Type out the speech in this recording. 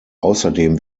außerdem